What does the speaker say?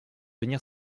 venir